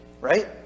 right